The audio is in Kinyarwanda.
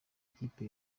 ikipe